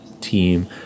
team